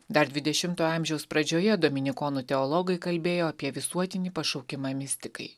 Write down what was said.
dar dvidešimtojo amžiaus pradžioje dominikonų teologai kalbėjo apie visuotinį pašaukimą mistikai